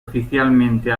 oficialmente